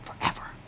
forever